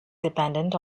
dependent